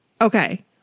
Okay